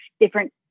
different